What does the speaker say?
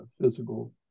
physical